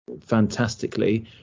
fantastically